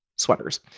Sweaters